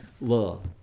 love